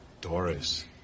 Doris